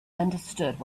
understood